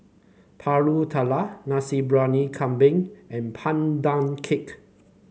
pulut tatal Nasi Briyani Kambing and Pandan Cake